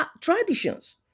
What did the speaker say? traditions